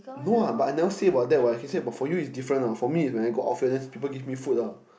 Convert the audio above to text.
no ah but I never say about that what he say but what for you is different what for me is when I go ourfield then people give me food ah